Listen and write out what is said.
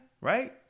right